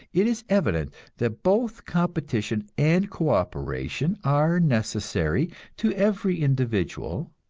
it is evident that both competition and co-operation are necessary to every individual,